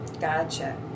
Gotcha